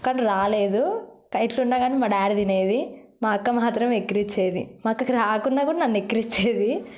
కానీ రాలేదు కానీ ఎట్లున్నకాని మా డాడీ తినేది మా అక్క మాత్రం ఎక్కిరించేది మా అక్కకు రాకున్నా కానీ నన్ను ఎక్కిరించేది